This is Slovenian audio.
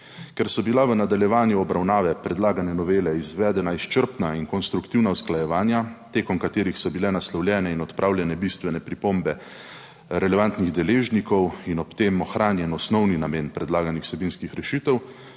Ker so bila v nadaljevanju obravnave predlagane novele izvedena izčrpna in konstruktivna usklajevanja, tekom katerih so bile naslovljene in odpravljene bistvene pripombe relevantnih deležnikov in ob tem ohranjen osnovni namen predlaganih vsebinskih rešitev